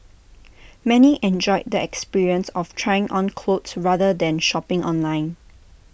many enjoyed the experience of trying on clothes rather than shopping online